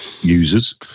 users